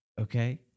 okay